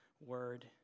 word